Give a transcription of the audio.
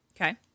Okay